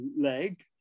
leg